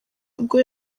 ubwo